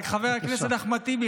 חבר הכנסת אחמד טיבי,